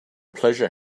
pleasure